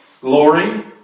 Glory